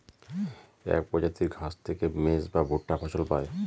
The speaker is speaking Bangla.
এক প্রজাতির ঘাস থেকে মেজ বা ভুট্টা ফসল পায়